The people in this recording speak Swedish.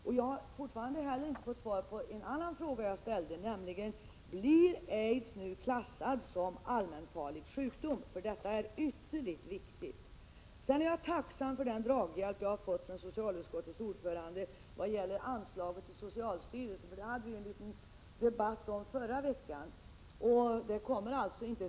Jag har vidare ännu inte fått svar på en fråga som jag ställde, nämligen: Blir aids nu klassad som allmänfarlig sjukdom? Detta är ytterligt viktigt. Vidare är jag tacksam för den draghjälp som jag har fått från socialutskottets ordförande vad gäller anslaget till socialstyrelsen, som vi förra veckan hade en debatt om.